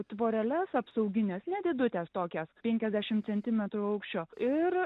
tvoreles apsaugines nedidutes tokias penkiasdešim centimetrų aukščio ir